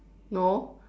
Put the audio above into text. no